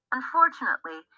Unfortunately